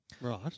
Right